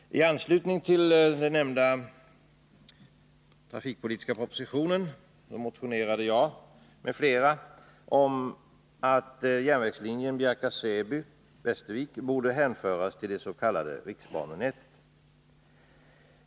I anslutning till den nämnda trafikpolitiska propositionen motionerade bl.a. jag om att järnvägslinjen Bjärka/Säby-Västervik skulle hänföras till det s.k. riksbanenätet.